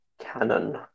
Canon